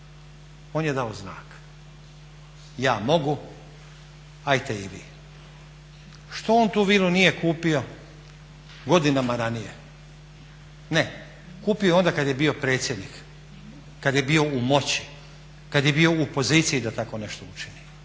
on je dao znak, ja mogu, ajte i vi. Što on tu vilu nije kupio godinama ranije? Ne, kupio ju je onda kad je bio predsjednik, kad je bio u moći, kad je bio u poziciji da tako nešto učini.